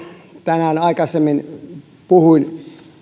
tänään aikaisemmin puhuin